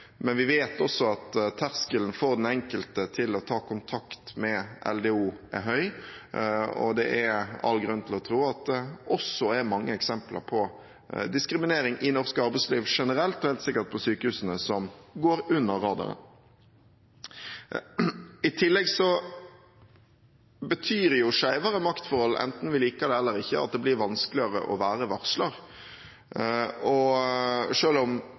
men vi vet også at terskelen for den enkelte for å ta kontakt med LDO er høy. Det er all grunn til å tro at det også er mange eksempler på diskriminering i norsk arbeidsliv generelt – og helt sikkert på sykehusene – som går under radaren. I tillegg betyr skjevere maktforhold, enten vi liker det eller ikke, at det blir vanskeligere å være varsler. Selv om oppfordringen til alle om